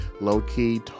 low-key